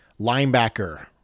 linebacker